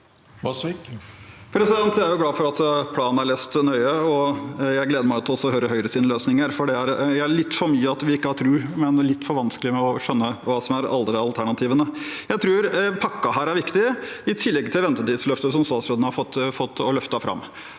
Jeg er glad for at planen er lest nøye. Jeg gleder meg til å høre Høyres løsninger, for det er litt for mye de ikke har tro på, og litt for vanskelig å skjønne hva som er de andre alternativene. Jeg tror at pakken her er viktig, i tillegg til ventetidsløftet som statsråden har fått løftet fram.